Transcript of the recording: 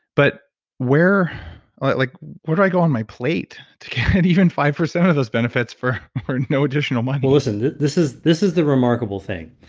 but where like like where do i go on my plate to get at even five percent of those benefits for no additional money? listen. this is this is the remarkable thing.